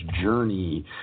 Journey